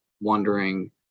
wondering